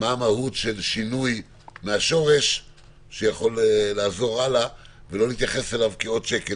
מה המהות של שינוי מהשורש שיכול לעזור הלאה ולא להתייחס אליו כעוד שקל.